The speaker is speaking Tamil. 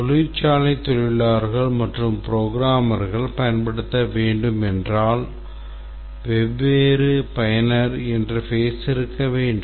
தொழிற்சாலை தொழிலாளர்கள் மற்றும் புரோகிராமர்கள் பயன்படுத்த வேண்டும் என்றால் வெவ்வேறு பயனர் interface இருக்க வேண்டும்